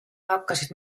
hakkasid